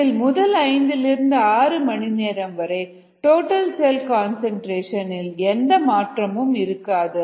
இதில் முதல் ஐந்திலிருந்து ஆறு மணி நேரம் வரை டோட்டல் செல் கன்சன்ட்ரேஷன் இல் எந்த மாற்றமும் இருக்காது